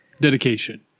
Dedication